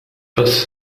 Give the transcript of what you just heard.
bus